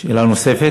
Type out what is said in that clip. שאלה נוספת.